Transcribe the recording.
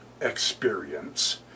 experience